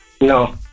No